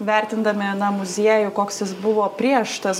vertindami aną muziejų koks jis buvo prieš tas